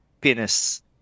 penis